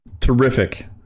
terrific